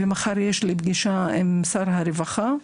מחר אני נפגשת עם שר הרווחה,